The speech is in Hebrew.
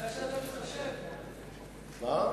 תודה שאתה מתחשב מאוד.